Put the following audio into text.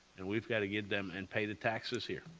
and we've got to get them and pay the taxes here,